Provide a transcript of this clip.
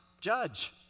judge